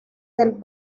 del